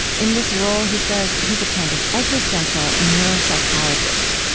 in this role, he says, he's a kind of existential neuropsychologist.